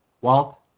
Walt